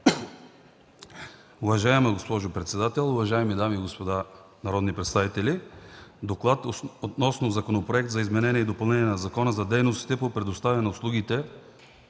Уважаема госпожо председател, уважаеми дами и господа народни представители! „ДОКЛАД относно Законопроект за изменение и допълнение на Закона за дейностите по предоставяне на услуги,